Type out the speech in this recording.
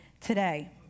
today